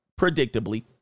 predictably